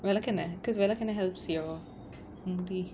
vilakkennai because vilakkennai helps your mudi